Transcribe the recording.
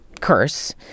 curse